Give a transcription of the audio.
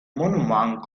monument